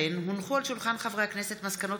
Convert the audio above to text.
מאת חבר הכנסת משה גפני,